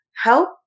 help